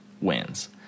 wins